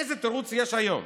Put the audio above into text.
איזה תירוץ יש היום?